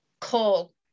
call